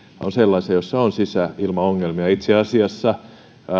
on sellaisia joissa on sisäilmaongelmia itse asiassa